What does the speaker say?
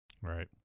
Right